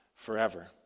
forever